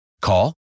Call